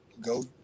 go